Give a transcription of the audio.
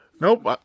nope